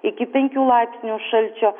iki penkių laipsnių šalčio